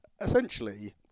Essentially